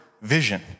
vision